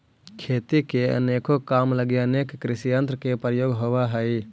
खेती के अनेको काम लगी अनेक कृषियंत्र के प्रयोग होवऽ हई